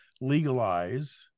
legalize